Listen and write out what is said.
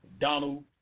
Donald